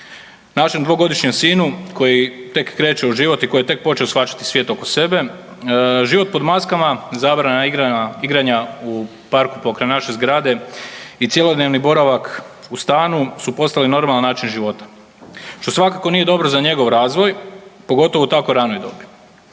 Našem dvogodišnjem sinu koji tek kreće u život i koji je tek počeo shvaćati svijet oko sebe život pod maskama, zabrana igranja u parku pokraj naše zgrade i cjelodnevni boravak u stanu su postali normalan način života što svakako nije dobro za njegov razvoj pogotovo u tako ranoj dobi.